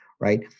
right